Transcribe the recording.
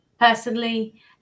personally